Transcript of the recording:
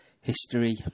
history